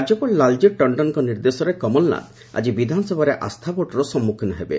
ରାଜ୍ୟପାଳ ଲାଲ୍କୀ ଟଣ୍ଟନ୍ଙ୍କ ନିର୍ଦ୍ଦେଶରେ କମଲ୍ନାଥ ଆଜି ବିଧାନସଭାରେ ଆସ୍ଥା ଭୋଟ୍ର ସମ୍ମୁଖୀନ ହେବେ